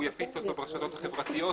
הוא יפיץ אותו ברשתות החברתיות,